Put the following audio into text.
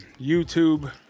YouTube